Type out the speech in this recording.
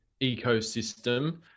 ecosystem